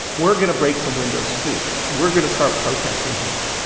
we're going to break some windows, too. we're going to start protesting here.